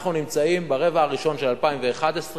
אנחנו נמצאים ברבע הראשון של 2011,